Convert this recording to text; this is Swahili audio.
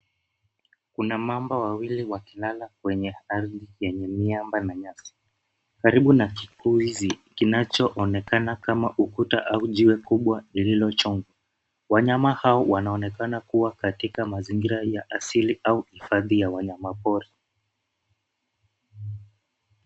Kuna mamba wawili wakilala kwenye ardhi yenye miamba na nyasi. Karibu na kikuizi kinachoonekana kama ukuta au jiwe kubwa lililochongwa wanyama hao wanaonekana kuwa katika mazingira ya asili au hifadhi ya wanyama pori.